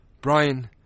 Brian